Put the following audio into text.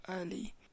early